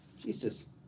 Jesus